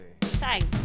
Thanks